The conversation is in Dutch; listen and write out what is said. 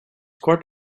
kwart